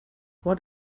what